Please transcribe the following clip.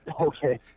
Okay